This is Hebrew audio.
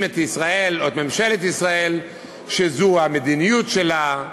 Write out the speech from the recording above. את ישראל או את ממשלת ישראל שזו המדיניות שלה.